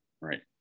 right